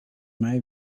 mij